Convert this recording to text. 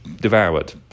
devoured